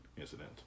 incident